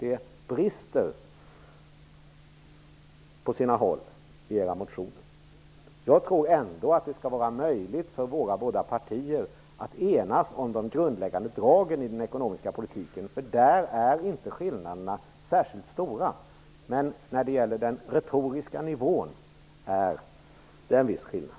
Den brister på sina håll i era motioner. Jag tror ändå att det skall vara möjligt för båda våra partier att enas om de grundläggande dragen i den ekonomiska politiken, för där är inte skillnaderna särskilt stora. Men när det gäller den retoriska nivån är det en viss skillnad.